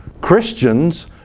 Christians